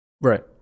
Right